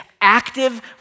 active